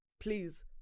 please